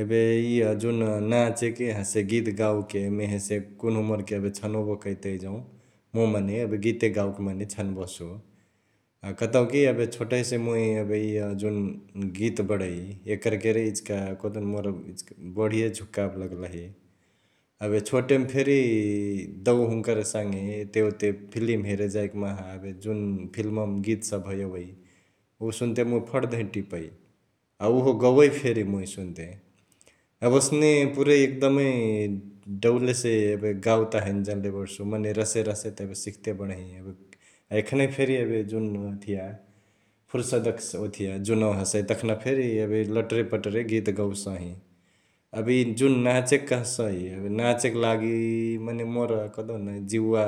एबे इअ जुन नाचेके हसे गीत गओके मेहेसे कुन्हु मोरके एबे छोनोबो करतै जौं मुइ मने एबे गीते गाओके मने छानबसु कतौकी एबे छोटहिसे मुइ एबे इअ जुन गीत बडै एकर केरे इचिका कहदेउन मोर बढिए झुकाब लगलही । एबे छोटेमा फेरी दौआ हुन्कर सङे एते ओते फिलिम हेरे जाइ माहा एबे जुन फिलिमवामा गीत सभ एओई, उ सुन्ते मुइ फट दंहिया टिपई अ उहो गओई फेरी मुइ सुन्ते । एबे पुरै एकदमै डौलेसे एबे गाओत हैने जन्ले बडसु मने रसे रसे त सिखते बडहि, एबे एखने फेरी एबे जुन ओथिया फुर्सदक जुनवामा हसौ तखना फेरी एबे लटरे पटरे गीत गौसही । एबे इ जुन नाचेक कहसई एबे नाचेके लागी मने मोर कहदेउन ज्युवा